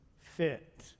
fit